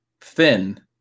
thin